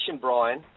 Brian